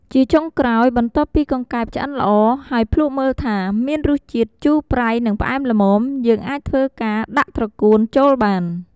ជាចុងក្រោយ បន្ទាប់ពីកង្កែបឆ្អិនល្អ ហើយភ្លក់មើលថាមានរសជាតិ ជូរ ប្រៃ និងផ្អែមល្មម យើងអាចធ្វើការដាក់ត្រកួន ចូលបាន។